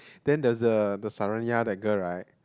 then there is a the Saroniah the girl right